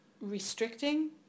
restricting